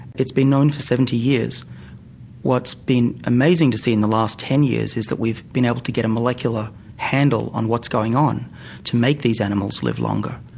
it's been known for seventy years what's been amazing to see in the last ten years is that we've been able to get a molecular handle on what's going on to make these animals live longer.